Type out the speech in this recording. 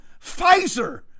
Pfizer